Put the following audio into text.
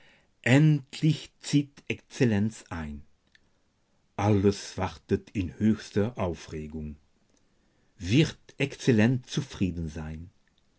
endlich zieht exzellenz ein alles wartet in höchster aufregung wird exzellenz zufrieden sein